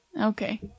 Okay